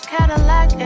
Cadillac